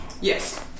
Yes